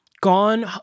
gone